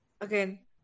Again